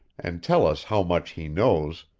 and tell us how much he knows,